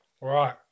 Right